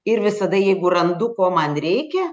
ir visada jeigu randu ko man reikia